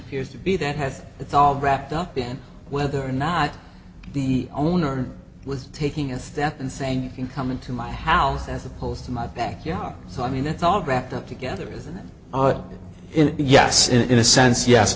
has to be that has it's all wrapped up in whether or not the owner was taking a step and saying you can come into my house as opposed to my back yard so i mean it's all wrapped up together isn't it in yes in a sense yes